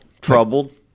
troubled